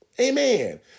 Amen